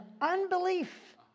unbelief